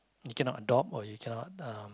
you cannot adopt or you cannot uh